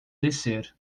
descer